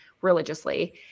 religiously